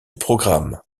programme